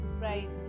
Right